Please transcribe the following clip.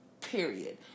Period